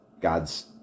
God's